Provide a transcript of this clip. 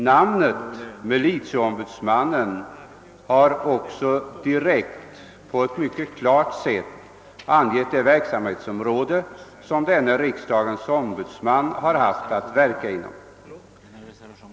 Namnet militieombudsmannen har också direkt, på ett mycket klart sätt, angett det verksamhetsområde som denne riksdagens ombudsman har haft att verka inom.